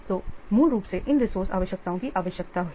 तो मूल रूप से इन रिसोर्से आवश्यकताओं की आवश्यकता है